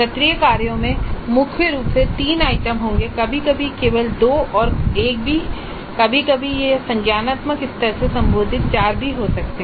सत्रीय कार्यों में मुख्य रूप से तीन आइटम होंगे कभी कभी केवल दो या एक भी कभी कभी यह संज्ञानात्मक स्तर से संबंधित चार भी हो सकते हैं